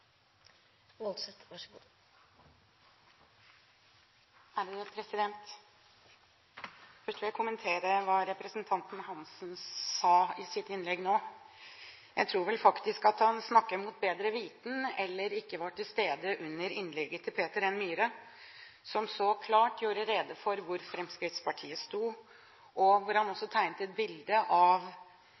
Hansen sa i sitt innlegg. Jeg tror faktisk at han snakker mot bedre vitende eller ikke var til stede under innlegget til Peter N. Myhre, som så klart gjorde rede for hvor Fremskrittspartiet sto, og hvor han tegnet et bilde av